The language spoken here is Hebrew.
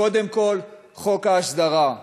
קודם כול, חוק ההסדרה,